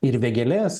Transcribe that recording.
ir vėgėlės